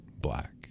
black